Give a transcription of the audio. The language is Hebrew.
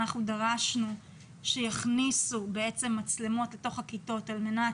אנחנו דרשנו שיכניסו מצלמות לתוך הכיתות על מנת